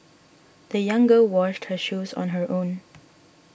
the young girl washed her shoes on her own